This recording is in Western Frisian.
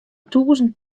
tûzen